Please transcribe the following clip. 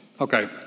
okay